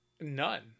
None